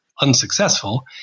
unsuccessful